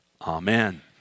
Amen